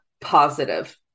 positive